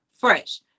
fresh